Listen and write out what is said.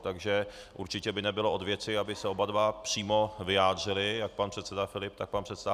Takže určitě by nebylo od věci, aby se oba přímo vyjádřili, jak pan předseda Filip, tak pan předseda Hamáček.